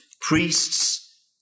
priests